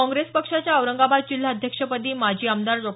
काँग्रेस पक्षाच्या औरंगाबाद जिल्हा अध्यक्षपदी माजी आमदार डॉ